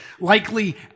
likely